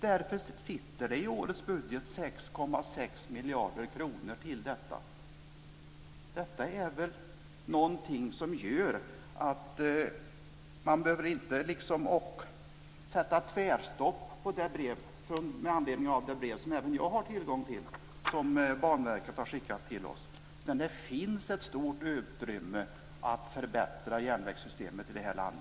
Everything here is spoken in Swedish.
Det har därför i årets budget avsatts 6,6 miljarder kronor till detta. Man behöver således inte med anledning av det brev som Banverket har skickat till oss och som även jag har tillgång till utgå från att det är tvärstopp. Det finns ett stort utrymme för att förbättra järnvägssystemet i vårt land.